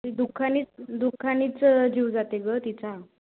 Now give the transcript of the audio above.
ती दुःखानीच दुःखानीच जीव जाते गं तिचा